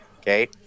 Okay